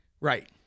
Right